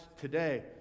today